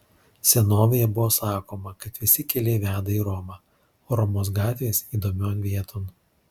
senovėje buvo sakoma kad visi keliai veda į romą o romos gatvės įdomion vieton